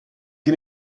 che